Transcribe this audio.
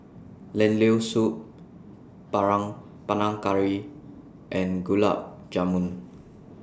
Lentil Soup Panang Panang Curry and Gulab Jamun